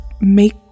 make